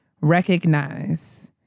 recognize